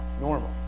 normal